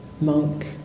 monk